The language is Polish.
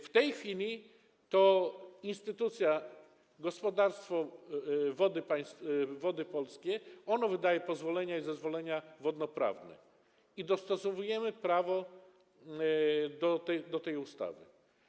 W tej chwili to instytucja, gospodarstwo Wody Polskie wydaje pozwolenia i zezwolenia wodnoprawne i dostosowujemy prawo do tej ustawy.